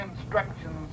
instructions